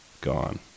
gone